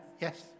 Yes